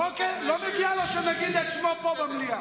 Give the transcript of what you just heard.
לא מגיע לו שנגיד את שמו פה במליאה.